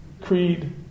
Creed